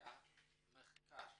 לבצע מחקר,